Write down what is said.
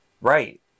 Right